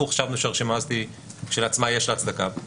אנחנו חשבנו שהרשימה הזאת כשלעצמה, יש לה הצדקה.